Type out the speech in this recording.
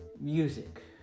music